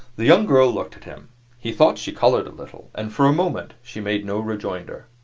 the young girl looked at him he thought she colored a little and for a moment she made no rejoinder.